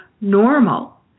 normal